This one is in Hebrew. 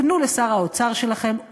פנו לשר האוצר שלכם,